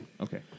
Okay